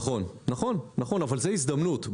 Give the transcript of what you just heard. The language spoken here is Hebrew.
נכון אבל זאת הזדמנות.